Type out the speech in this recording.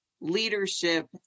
leadership